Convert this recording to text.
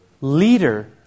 leader